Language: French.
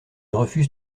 refuse